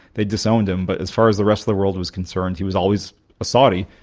they disowned him, but as far as the rest of the world was concerned he was always a saudi.